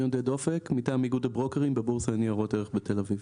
אני מטעם איגוד הברוקרים בבורסה לניירות ערך בתל אביב.